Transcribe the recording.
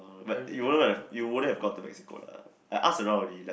but you won't like you wouldn't have go to Mexico lah I ask around already like